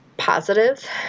positive